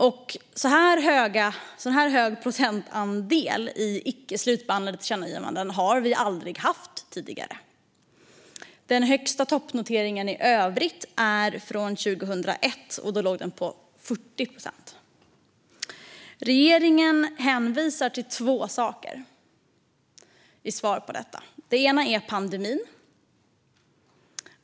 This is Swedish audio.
En så här hög procentandel icke slutbehandlade tillkännagivanden har vi aldrig haft tidigare. Den tidigare toppnoteringen gjordes 2001, och den låg på 40 procent. Regeringen hänvisar till två saker som svar på detta. Den ena är pandemin.